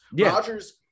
Rodgers